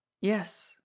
yes